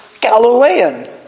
Galilean